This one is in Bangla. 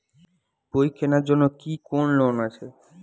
বই কেনার জন্য কি কোন লোন আছে?